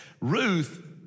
Ruth